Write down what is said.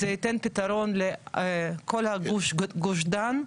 זה ייתן פתרון לכל גוש דן,